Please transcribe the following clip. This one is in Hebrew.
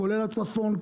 כולל הצפון,